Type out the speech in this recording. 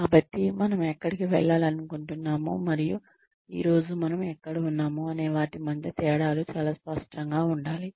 కాబట్టి మనం ఎక్కడికి వెళ్లాలనుకుంటున్నాము మరియు ఈ రోజు మనం ఎక్కడ ఉన్నాము అనే వాటి మధ్య తేడాలు చాలా స్పష్టంగా ఉండాలి